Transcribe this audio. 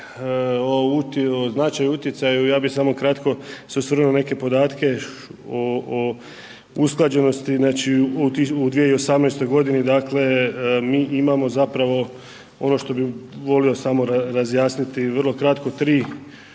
o značaju, utjecaju, ja bih samo kratko se osvrnuo na neke podatke o usklađenosti znači u 2018. godini, dakle mi imamo zapravo ono što bih volio samo razjasniti, vrlo kratko 3